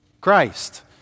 Christ